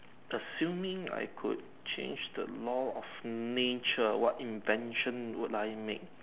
assuming I could change the law of nature what invention would I make